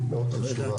היא מאוד חשובה.